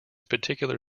particular